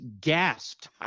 gasped